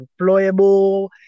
employable